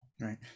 Right